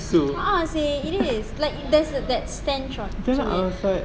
a'ah seh it is like there's a that stench on